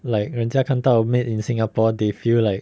like 人家看到 made in singapore they feel like